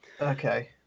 Okay